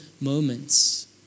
moments